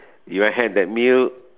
if I have that meal